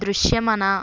దృశ్యమాన